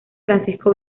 francisco